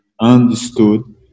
understood